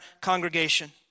congregation